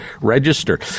register